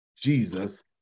Jesus